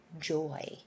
joy